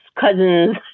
cousin's